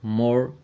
more